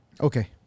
Okay